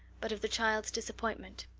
but of the child's disappointment.